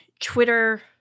Twitter